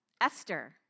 Esther